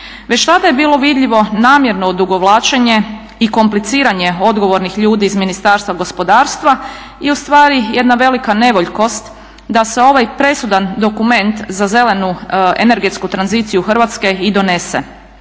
Već tada je bilo vidljivo namjerno odugovlačenje i kompliciranje odgovornih ljudi iz Ministarstva gospodarstva i ustvari jedna velika nevoljkost da se ovaj presudan dokument za zelenu energetsku tranziciju Hrvatske i donese.